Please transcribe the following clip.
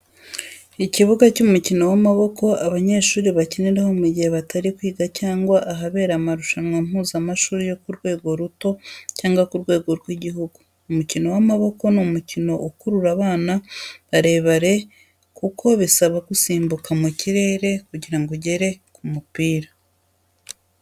Ikibuga cy'umukino w'amaboko abanyeshuri bakiniraho mu gihe batari kwiga cyangwa ahabera amarushanwa mpuzamashuri yo kurwego ruto cyangwa ku rwego rw'igihugu. Umukino w'amaboko ni umukino ukurura abana barebare kuko bisaba gusimbuka mu kirere kugira ugere ku mupira.